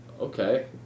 Okay